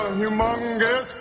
humongous